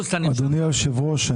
אדוני יושב הראש,